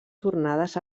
tornades